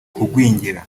kugwingira